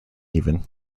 even